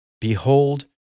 Behold